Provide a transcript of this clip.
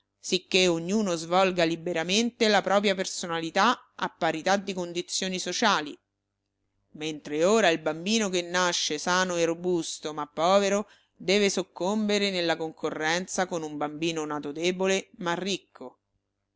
sicché ognuno svolga liberamente la propria personalità a parità di condizioni sociali mentre ora il bambino che nasce sano e robusto ma povero deve soccombere nella concorrenza con un bambino nato debole ma ricco